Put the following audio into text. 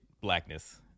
blackness